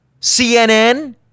CNN